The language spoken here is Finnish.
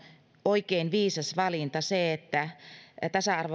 oikein viisas valinta se että tasa